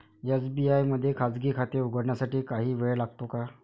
SBI मध्ये खाजगी खाते उघडण्यासाठी काही वेळ लागतो का?